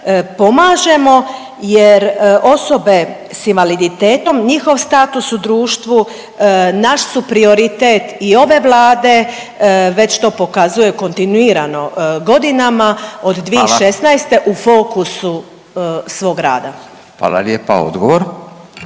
pomažemo jer osobe s invaliditetom, njihov status u društvu naš su prioritet i ove Vlade, već to pokazuje kontinuirano godinama od 2016. … .../Upadica: Hvala./... … u fokusu